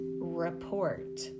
report